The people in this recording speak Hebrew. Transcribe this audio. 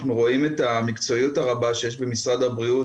אנחנו רואים את המקצועיות הרבה שיש במשרד הבריאות,